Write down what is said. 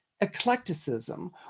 eclecticism